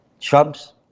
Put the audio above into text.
Trump's